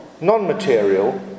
non-material